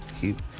keep